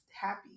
happy